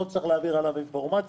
לא צריך להעביר עליו אינפורמציה.